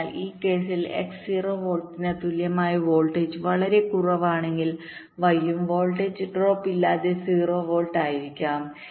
അതിനാൽ ഈ കേസിൽ X 0 വോൾട്ടിന് തുല്യമായ വോൾട്ടേജ് വളരെ കുറവാണെങ്കിൽ Y ഉം വോൾട്ടേജ് ഡ്രോപ്പ് ഇല്ലാതെ 0 വോൾട്ട് ആയിരിക്കും